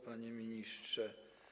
Panie Ministrze!